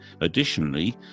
Additionally